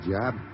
job